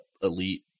elite